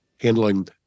handling